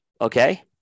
Okay